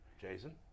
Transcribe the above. Jason